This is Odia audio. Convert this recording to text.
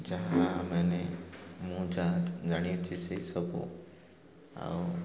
ଯାହା ମାନେ ମୁଁ ଯାହା ଜାଣିଅଛି ସେହିସବୁ ଆଉ